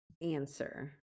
answer